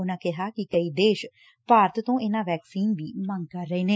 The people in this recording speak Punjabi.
ਉਨੂਾ ਕਿਹਾ ਕਿ ਕਈ ਦੇਸ਼ ਭਾਰਤ ਤੋਂ ਇਨੂਾ ਵੈਕਸੀਨ ਦੀ ਮੰਗ ਕਰ ਰਹੇ ਨੇ